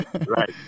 right